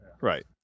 Right